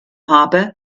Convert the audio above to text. habe